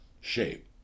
shape